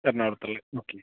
എറണാകുളത്തല്ലേ okay